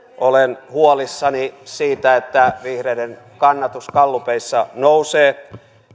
olen huolissani siitä että vihreiden kannatus gallupeissa nousee